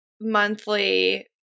monthly